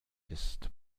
ist